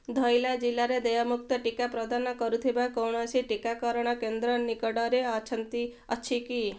ଧଈଲା ଜିଲ୍ଲାରେ ଦେୟଯୁକ୍ତ ଟିକା ପ୍ରଦାନ କରୁଥିବା କୌଣସି ଟିକାକରଣ କେନ୍ଦ୍ର ନିକଟରେ ଅଛି କି